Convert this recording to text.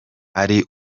ari